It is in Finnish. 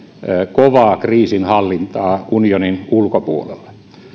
kovaa kriisinhallintaa unionin ulkopuolella